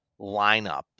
lineup